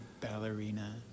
ballerina